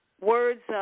words